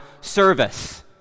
service